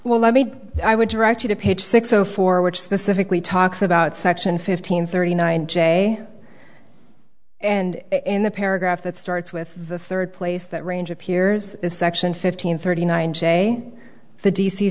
well i mean i would direct you to page six zero four which specifically talks about section fifteen thirty nine j and in the paragraph that starts with the third place that range appears a section fifteen thirty nine say the d c